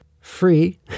free